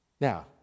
Now